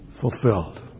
fulfilled